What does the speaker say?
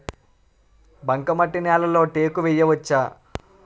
బంకమట్టి నేలలో టేకు వేయవచ్చా?